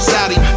Saudi